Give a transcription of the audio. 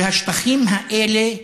והשטחים האלה,